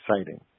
exciting